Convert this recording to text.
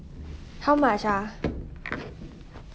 how much ah